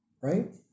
right